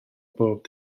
bob